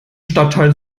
stadtteil